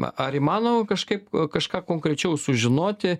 ar įmanoma kažkaip kažką konkrečiau sužinoti